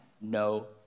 no